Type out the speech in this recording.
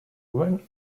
when